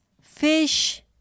fish